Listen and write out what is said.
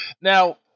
Now